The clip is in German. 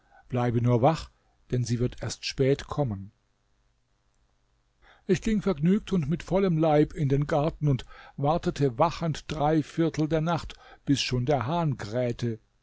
bleibe nur wach denn sie wird erst spät kommen ich ging vergnügt und mit vollem leib in den garten und wartete wachend drei viertel der nacht bis schon der hahn krähte